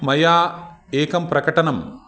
मया एकं प्रकटनं